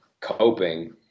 coping